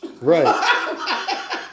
Right